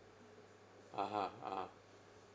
(uh huh) (uh huh)